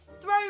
throw